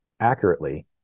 accurately